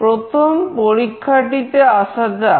প্রথম পরীক্ষাটিতে আসা যাক